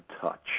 touch